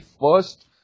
first